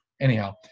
Anyhow